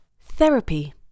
Therapy